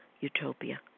utopia